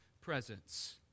presence